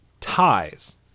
ties